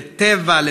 לטבע,